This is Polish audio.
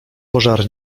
pożar